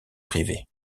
privé